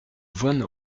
vosne